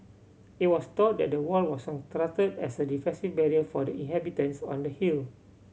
it was thought that the wall was constructed as a defensive barrier for the inhabitants on the hill